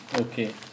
okay